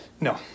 No